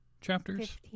chapters